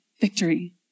Victory